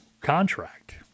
contract